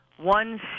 one